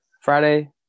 Friday